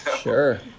Sure